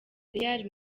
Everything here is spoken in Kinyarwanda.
real